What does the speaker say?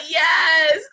yes